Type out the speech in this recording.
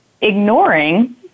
ignoring